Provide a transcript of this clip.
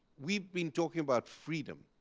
we've been talking about freedom.